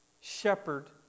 Shepherd